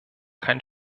kein